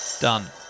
Done